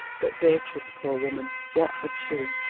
but beatrice, poor woman, what had she?